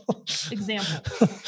Example